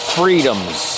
freedoms